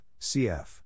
cf